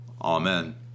amen